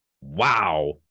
wow